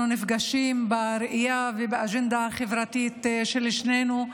נפגשים בראייה ובאג'נדה החברתית של שנינו,